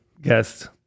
guest